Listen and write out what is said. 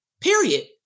Period